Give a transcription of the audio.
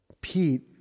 Pete